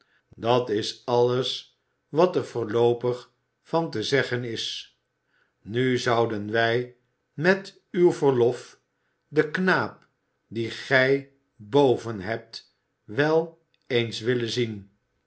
dat is alles wat er voorloopig van te zeggen is nu zouden wij met uw verlof den knaap dien gij boven hebt wel eens willen zien